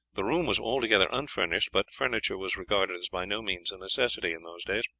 the room was altogether unfurnished, but furniture was regarded as by no means a necessity in those days.